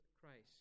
Christ